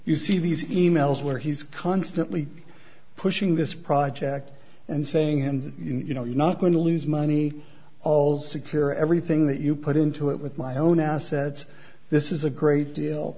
you see these e mails where he's constantly pushing this project and saying and you know you're not going to lose money all secure everything that you put into it with my own assets this is a great deal